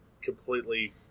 completely